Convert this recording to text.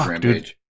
dude